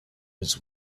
his